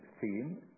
theme